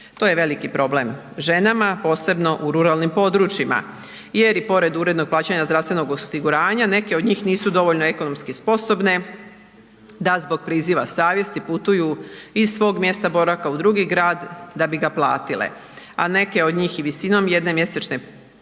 To je veliki problem ženama posebno u ruralnim područjima jer i pored urednog plaćanja zdravstvenog osiguranja neke od njih nisu dovoljno ekonomski sposobne da zbog priziva savjesti putuju iz svog mjesta boravka u drugi grad da bi ga platile, a neke od njih i visinom jedne mjesečne plaće